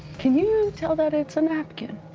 can you tell that it's a napkin?